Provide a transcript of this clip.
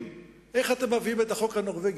איך אתם מביאים את החוק הנורבגי?